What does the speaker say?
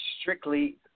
Strictly